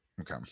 Okay